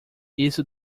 isso